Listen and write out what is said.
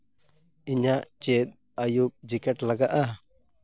ᱤᱧᱟᱹᱜ ᱪᱮᱫ ᱟᱹᱭᱩᱵᱽ ᱡᱮᱠᱮᱴ ᱞᱟᱜᱟᱜᱼᱟ